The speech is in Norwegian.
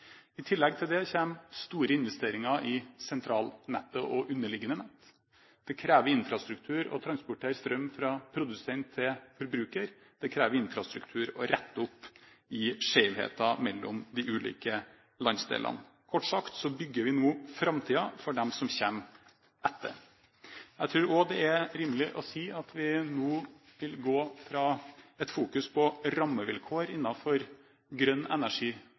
I tillegg til det kommer store investeringer i sentralnettet og underliggende nett. Det krever infrastruktur å transportere strøm fra produsent til forbruker, det krever infrastruktur å rette opp i skjevheter mellom de ulike landsdelene. Kort sagt bygger vi nå framtiden for dem som kommer etter oss. Jeg tror også det er rimelig å si at vi nå vil gå fra en fokusering på rammevilkår innenfor grønn